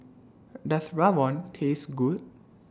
Does Rawon Taste Good